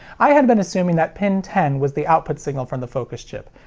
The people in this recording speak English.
i had been assuming that pin ten was the output signal from the focus chip,